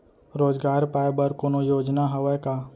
रोजगार पाए बर कोनो योजना हवय का?